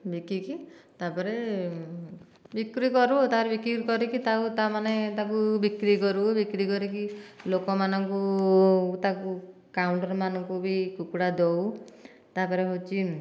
ବିକିକି ତାପରେ ବିକ୍ରି କରୁ ଆଉ ତାରେ ବିକ୍ରି କରିକି ତା' ତାମାନେ ତାକୁ ବିକ୍ରି କରୁ ବିକ୍ରି କରିକି ଲୋକମାନଙ୍କୁ ତାକୁ କାଉଣ୍ଟର ମାନଙ୍କୁ ବି କୁକୁଡ଼ା ଦେଉ ତାପରେ ହେଉଛି